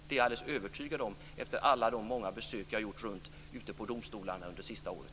Det är jag övertygad om, efter de många besök jag har gjort ute på domstolarna det senaste året.